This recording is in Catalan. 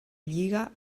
lliga